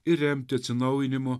ir remti atsinaujinimo